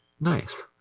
nice